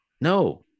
no